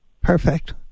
perfect